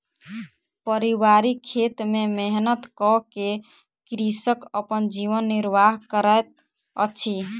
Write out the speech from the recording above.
पारिवारिक खेत में मेहनत कअ के कृषक अपन जीवन निर्वाह करैत अछि